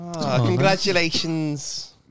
Congratulations